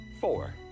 Four